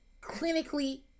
Clinically